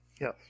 yes